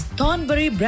Thornbury